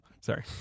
Sorry